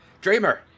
Dreamer